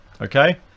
Okay